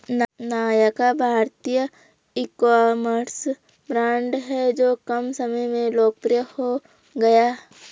नायका भारतीय ecommerce brand हैं जो कम समय में लोकप्रिय हो गया